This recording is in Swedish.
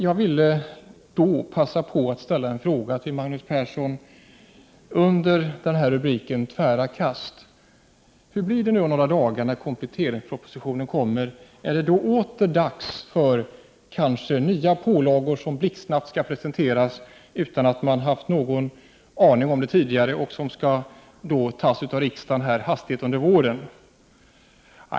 Jag vill passa på att till Magnus Persson ställa en fråga om tvära kast. Hur blir det om några dagar när kompletteringspropositionen kommer? Är det då på nytt dags för nya pålagor som blixtsnabbt skall presenteras, utan att man haft någon aning om saken tidigare? Skall riksdagen fatta beslut hastigt nu under våren?